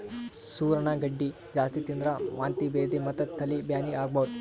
ಸೂರಣ ಗಡ್ಡಿ ಜಾಸ್ತಿ ತಿಂದ್ರ್ ವಾಂತಿ ಭೇದಿ ಮತ್ತ್ ತಲಿ ಬ್ಯಾನಿ ಆಗಬಹುದ್